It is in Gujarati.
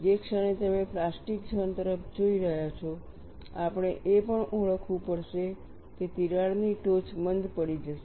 જે ક્ષણે તમે પ્લાસ્ટિક ઝોન તરફ જોઈ રહ્યા છો આપણે એ પણ ઓળખવું પડશે કે તિરાડની ટોચ મંદ પડી જશે